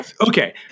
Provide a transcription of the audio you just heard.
Okay